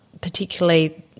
particularly